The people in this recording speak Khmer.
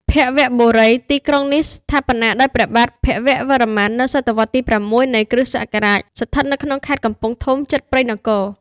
ភវបុរៈ ទីក្រុងនេះ ស្ថាបនាដោយព្រះបាទ ភវវរ្ម័ន នៅសតវត្សរ៍ទី៦ នៃ គ្រិស្តសករាជ ស្ថិតនៅក្នុងខេត្ត កំពង់ធំ ជិតព្រៃនគរ ។